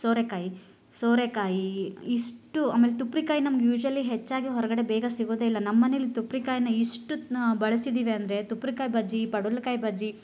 ಸೋರೆಕಾಯಿ ಸೋರೆಕಾಯಿ ಇಷ್ಟು ಆಮೇಲೆ ತುಪ್ರಿಕಾಯಿ ನಮ್ಗೆ ಯುಶ್ವಲಿ ಹೆಚ್ಚಾಗಿ ಹೊರಗಡೆ ಬೇಗ ಸಿಗೋದೆ ಇಲ್ಲ ನಮ್ಮನೆಲಿ ತುಪ್ರಿಕಾಯ್ನ ಇಷ್ಟು ನಾವು ಬಳಸಿದ್ದೀವಿ ಅಂದರೆ ತುಪ್ರಿಕಾಯ್ ಬಜ್ಜಿ ಪಡ್ವಲ್ಕಾಯಿ ಬಜ್ಜಿ